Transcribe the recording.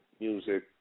music